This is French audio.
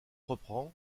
reprend